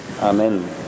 Amen